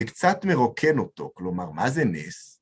קצת מרוקן אותו, כלומר, מה זה נס?